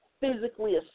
physically